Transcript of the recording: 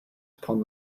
upon